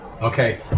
Okay